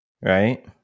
Right